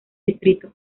distrito